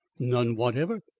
none whatever,